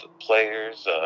players